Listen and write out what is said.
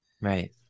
Right